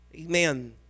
Amen